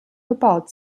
gebaut